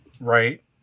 Right